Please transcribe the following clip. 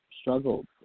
struggled